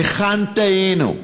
היכן טעינו?